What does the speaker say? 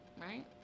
Right